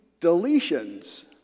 deletions